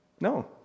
No